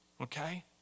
Okay